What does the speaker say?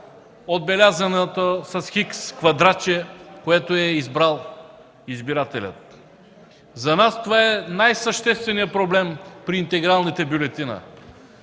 отбелязаното с „Х” квадратче, което е избрал избирателят. За нас това е най-същественият проблем при интегралната бюлетина.